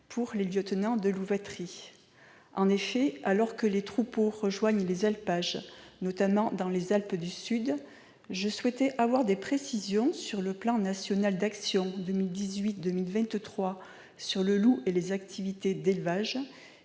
madame la secrétaire d'État, d'y répondre. Alors que les troupeaux rejoignent les alpages, notamment dans les Alpes du Sud, je souhaite avoir des précisions sur le plan national d'actions 2018-2023 sur le loup et les activités d'élevage